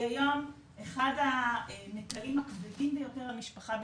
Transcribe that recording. כי היום אחד הנטלים הכבדים ביותר על משפחה בישראל,